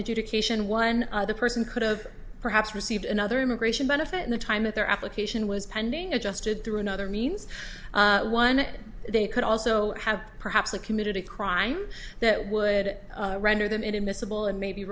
education one person could have perhaps received another immigration benefit in the time of their application was pending adjusted through another means one they could also have perhaps a committed a crime that would render them inadmissible and maybe